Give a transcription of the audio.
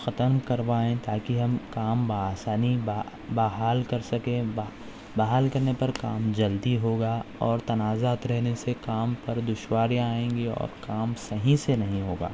ختم کروائیں تاکہ ہم کام بآسانی باحال کر سکیں باحال کرنے پر کام جلدی ہوگا اور تنازعات رہنے سے کام پر دشواریاں آئیں گی اور کام صحیح سے نہیں ہوگا